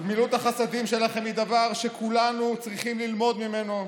גמילות החסדים שלכם היא דבר שכולנו צריכים ללמוד ממנו,